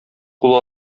кулы